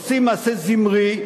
עושים מעשה זמרי,